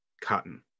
Cotton